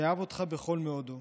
שאהב אותך בכל מאודו,